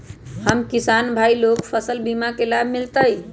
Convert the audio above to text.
हम किसान भाई लोग फसल बीमा के लाभ मिलतई?